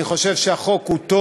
אני חושב שהחוק טוב.